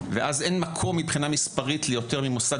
ואז אין מקום מבחינה מספרית ליותר ממוסד